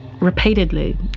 repeatedly